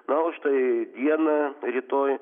na o štai dieną rytoj